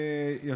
אדוני היושב-ראש,